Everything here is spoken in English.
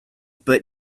but